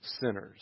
sinners